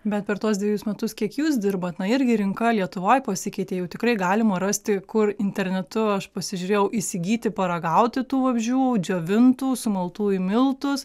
bet per tuos dvejus metus kiek jūs dirbat na irgi rinka lietuvoj pasikeitė jau tikrai galima rasti kur internetu aš pasižiūrėjau įsigyti paragauti tų vabzdžių džiovintų sumaltų į miltus